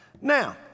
Now